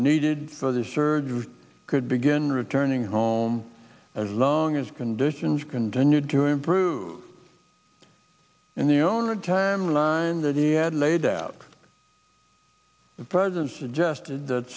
needed for the surge could begin returning home as long as conditions continued to improve and the owner timeline that he had laid out the president suggested that